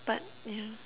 but yeah